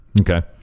Okay